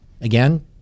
again